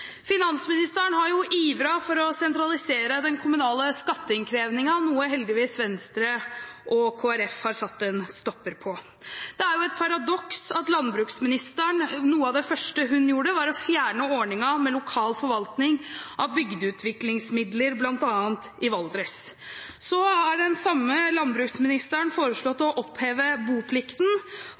Finansministeren har ivret for å sentralisere den kommunale skatteinnkrevingen, noe Venstre og Kristelig Folkeparti heldigvis har satt en stopper for. Det er et paradoks at noe av det første landbruksministeren gjorde, var å fjerne ordningen med lokal forvaltning av bygdeutviklingsmidler bl.a. i Valdres. Så har den samme landbruksministeren foreslått å oppheve boplikten.